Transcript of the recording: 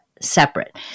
separate